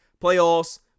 playoffs